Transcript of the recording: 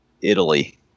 Italy